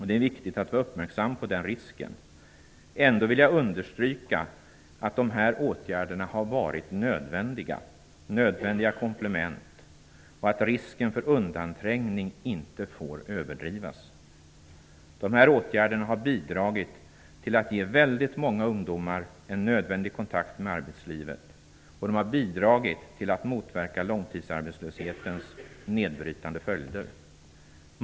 Det är viktigt att vara uppmärksam på den risken. Ändå vill jag understryka att dessa åtgärder har varit nödvändiga komplement och att risken för undanträngning inte får överdrivas. Dessa åtgärder har bidragit till att ge väldigt många ungdomar en nödvändig kontakt med arbetslivet, och de har bidragit till att motverka långtidsarbetslöshetens nedbrytande följder.